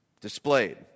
displayed